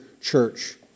church